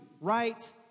right